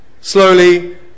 Slowly